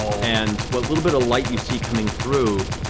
and what little bit of light you see coming through,